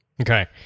Okay